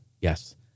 Yes